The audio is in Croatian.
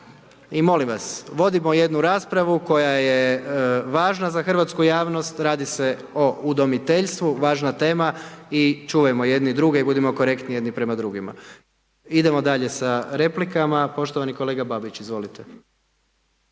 I molim vas, vodimo jednu raspravu koja je važna za hrvatsku javnost, radi se o udomiteljstvu, važna tema i čuvajmo jedni druge i budimo korektni jedni prema drugima. Idemo dalje sa replikama, poštovani kolega Babić, izvolite.